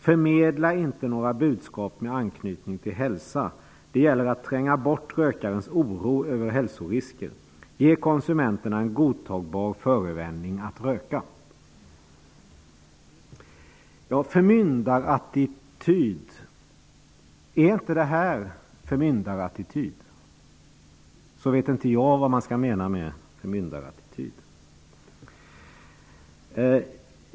Förmedla inte några budskap med anknytning till hälsa. Det gäller att tränga bort rökarens oro över hälsorisker. Ge konsumenterna en godtagbar förevändning att röka.'' Är inte detta förmyndarattityd, vet inte jag vad man menar med förmyndarattityd.